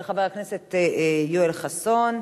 של חבר הכנסת יואל חסון,